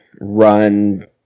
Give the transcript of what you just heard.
run